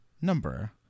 number